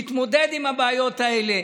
הוא מתמודד עם הבעיות האלה.